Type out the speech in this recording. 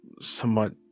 somewhat